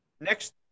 next